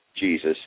Jesus